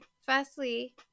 firstly